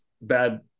bad